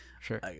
Sure